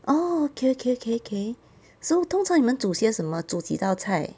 orh okay okay okay okay so 通常你们煮些什么煮几道菜